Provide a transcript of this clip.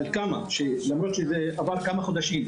למרות שעברו כמה חודשים,